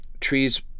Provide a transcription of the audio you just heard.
trees